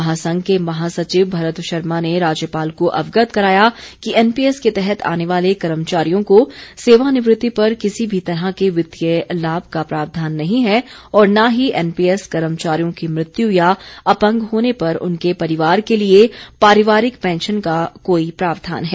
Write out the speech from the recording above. महासंघ के महासचिव भरत शर्मा ने राज्यपाल को अवगत कराया कि एनपीएस के तहत आने वाले कर्मचारियों को सेवानिवृति पर किसी भी तरह के वित्तीय लाभ का प्रावधान नहीं है और न ही एनपीएस कर्मचारियों की मृत्यु या अपंग होने पर उनके परिवार के लिए पारिवारिक पैंशन का कोई प्रावधान है